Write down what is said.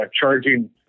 charging